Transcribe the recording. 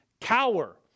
cower